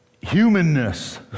humanness